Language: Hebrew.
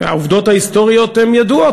העובדות ההיסטוריות הן ידועות,